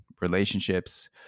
relationships